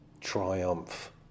Triumph